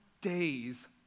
days